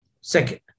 Second